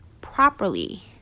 properly